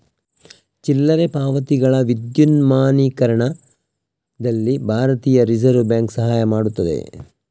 ಚಿಲ್ಲರೆ ಪಾವತಿಗಳ ವಿದ್ಯುನ್ಮಾನೀಕರಣದಲ್ಲಿ ಭಾರತೀಯ ರಿಸರ್ವ್ ಬ್ಯಾಂಕ್ ಸಹಾಯ ಮಾಡುತ್ತದೆ